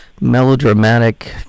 melodramatic